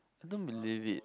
don't believe it